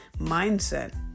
mindset